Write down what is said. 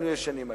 גם